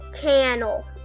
channel